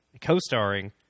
co-starring